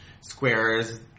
Square's